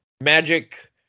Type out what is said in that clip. magic